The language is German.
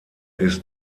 ist